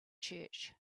church